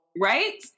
Right